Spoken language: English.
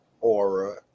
aura